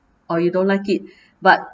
or you don't like it but